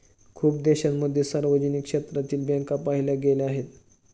खूप देशांमध्ये सार्वजनिक क्षेत्रातील बँका पाहिल्या गेल्या आहेत